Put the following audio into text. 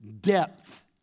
depth